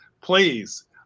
please